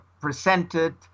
presented